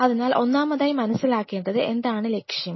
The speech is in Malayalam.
അതിനാൽ ഒന്നാമതായി മനസിലാക്കേണ്ടത് എന്താണ് ലക്ഷ്യം